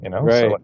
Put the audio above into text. right